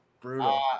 Brutal